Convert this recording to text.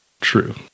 True